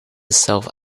itself